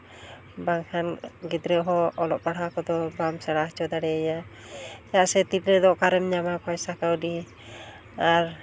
ᱵᱟᱝᱠᱷᱟᱱ ᱜᱤᱫᱽᱨᱟᱹ ᱦᱚᱸ ᱚᱞᱚᱜ ᱯᱟᱲᱦᱟᱜ ᱠᱚᱫᱚ ᱵᱟᱢ ᱥᱮᱬᱟ ᱦᱚᱪᱚ ᱫᱟᱲᱮᱭᱟᱭᱟ ᱪᱮᱫᱟᱜ ᱥᱮ ᱛᱤᱨᱞᱟᱹ ᱫᱚ ᱚᱠᱟᱨᱮᱢ ᱧᱟᱢᱟ ᱯᱚᱭᱥᱟ ᱠᱟᱹᱣᱰᱤ ᱟᱨ